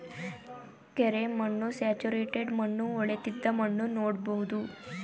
ಕೆರೆ ಮಣ್ಣು, ಸ್ಯಾಚುರೇಟೆಡ್ ಮಣ್ಣು, ಹೊಳೆತ್ತಿದ ಮಣ್ಣು ನೋಡ್ಬೋದು